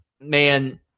Man